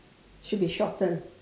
should be shortened